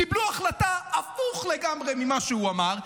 קיבלו החלטה הפוכה לגמרי ממה שהוא אמר,